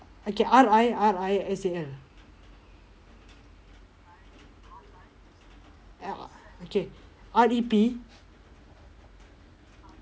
okay R I R I S A L okay R E P